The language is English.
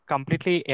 Completely